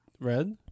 red